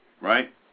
right